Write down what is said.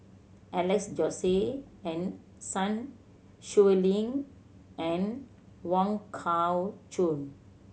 Alex Josey and Sun Xueling and Wong Kah Chun